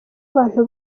abantu